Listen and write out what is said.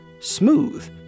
smooth